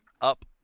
up